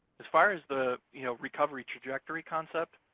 as far as the you know recovery trajectory concept,